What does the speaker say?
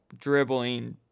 dribbling